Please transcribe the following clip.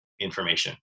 information